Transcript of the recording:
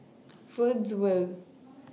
Woodsville